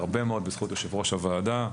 והרבה מאוד בזכות יושב-ראש הוועדה,